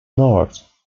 north